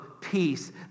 peace